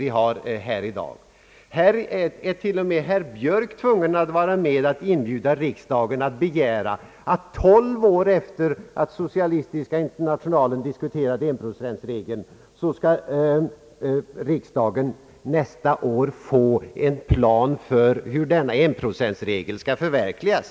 Nu är till och med herr Björk tvungen att vara med och inbjuda riksdagen att begära att tolv år efter det att socialistiska internationalen diskuterat 1-procentregeln skall riksdagen nästa år få en plan för hur denna regel skall förverkligas.